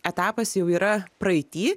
etapas jau yra praeity